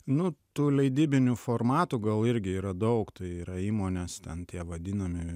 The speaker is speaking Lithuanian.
nu tų leidybinių formatų gal irgi yra daug tai yra įmones ten tie vadinami